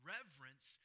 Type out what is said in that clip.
Reverence